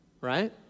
right